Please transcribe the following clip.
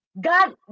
god